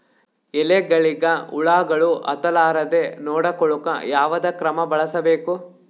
ಎಲೆಗಳಿಗ ಹುಳಾಗಳು ಹತಲಾರದೆ ನೊಡಕೊಳುಕ ಯಾವದ ಕ್ರಮ ಬಳಸಬೇಕು?